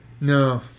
No